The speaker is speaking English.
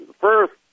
First